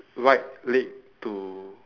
his right leg to